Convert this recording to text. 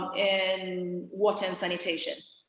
and water sanitation.